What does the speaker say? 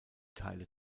teile